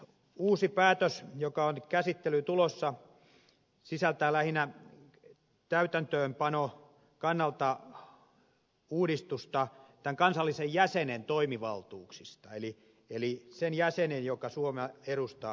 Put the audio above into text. tämä uusi päätös joka on nyt käsittelyyn tulossa sisältää lähinnä täytäntöönpanon kannalta uudistusta tämän kansallisen jäsenen toimivaltuuksissa eli sen jäsenen joka suomea edustaa eurojustissa